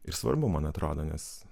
ir svarbu man atrodo nes